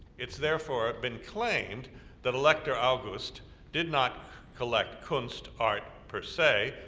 it's therefore been claimed that elector august did not collect kunst art, per se,